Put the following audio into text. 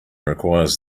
requires